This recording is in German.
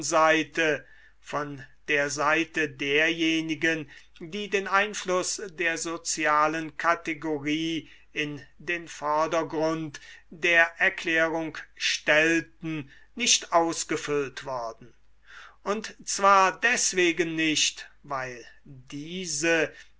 seite von der seite derjenigen die den einfluß der sozialen kategorie in den vordergrund der erklärung stellten nicht ausgefüllt worden und zwar deswegen nicht weil diese